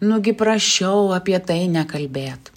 nu gi prašiau apie tai nekalbėt